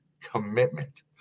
commitment